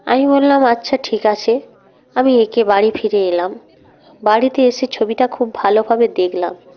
আমি বললাম আচ্ছা ঠিক আছে আমি এঁকে বাড়ি ফিরে এলাম বাড়িতে এসে ছবিটা খুব ভালোভাবে দেখলাম